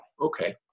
Okay